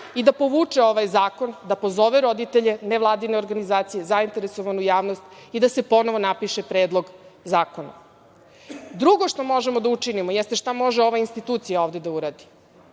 i da povuče ovaj zakon, da pozove roditelje, nevladine organizacije, zainteresovanu javnost i da se ponovo napiše predlog zakona. Drugo što možemo da učinimo, odnosno šta može ova institucija ovde da uradi,